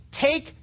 take